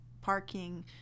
parking